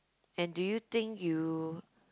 and do you think you